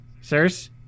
Sirs